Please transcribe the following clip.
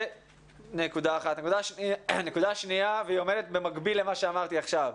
נקודה שנייה והיא במקביל למה שאמרתי עכשיו.